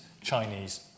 Chinese